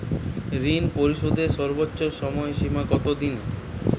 ঋণ পরিশোধের সর্বোচ্চ সময় সীমা কত দিন?